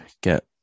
get